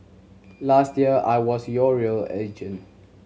last year I was your real agent